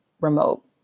remote